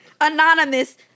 anonymous